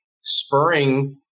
spurring